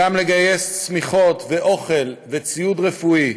גם לגייס שמיכות ואוכל וציוד רפואי,